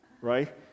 Right